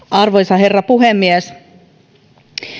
arvoisa herra puhemies